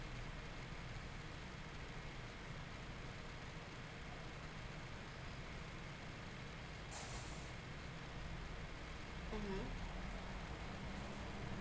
mm